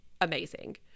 amazing